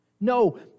No